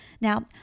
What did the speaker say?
Now